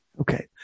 okay